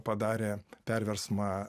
padarė perversmą